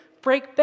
break